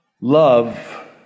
Love